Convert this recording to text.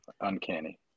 uncanny